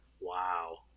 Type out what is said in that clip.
Wow